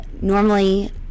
normally